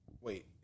Wait